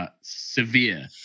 Severe